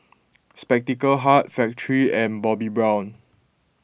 Spectacle Hut Factorie and Bobbi Brown